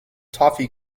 toffee